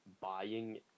buying